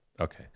Okay